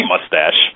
mustache